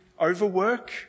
overwork